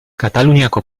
kataluniako